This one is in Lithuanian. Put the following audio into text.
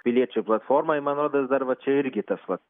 piliečių platforma ir man rodos dar va čia irgi tas vat